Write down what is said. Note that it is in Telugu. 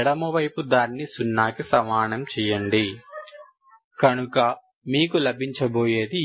ఎడమ వైపు దానిని సున్నాకి సమానంగా చెయ్యండి కనుక మీకు లభించబోయేది ఇదే